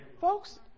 Folks